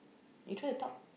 you try to talk